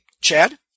Chad